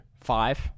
five